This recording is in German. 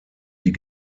die